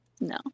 No